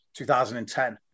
2010